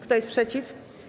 Kto jest przeciw?